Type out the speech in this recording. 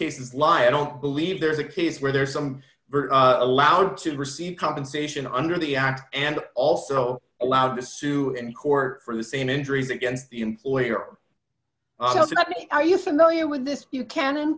cases lie i don't believe there's a case where there's some allowed to receive compensation under the act and also allowed to sue in court for hussein injuries against the employer are you familiar with this you can in